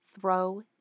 throw